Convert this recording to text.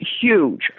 huge